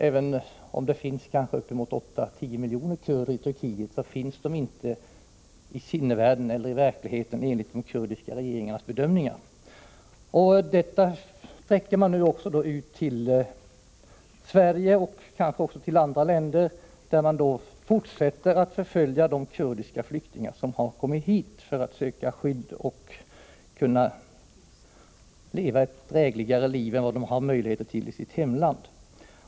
Även om det bor uppemot åtta tio miljoner kurder i Turkiet, finns de varken i sinnevärlden eller i verkligheten enligt de kurdiska regeringarnas bedömningar. Denna uppfattning hävdar man nu också i Sverige, och kanske även i andra länder. Den turkiska regeringen fortsätter att förfölja de kurdiska flyktingar som har kommit hit för att söka skydd och för att kunna leva ett drägligare liv än vad de har möjlighet till i sitt hemland.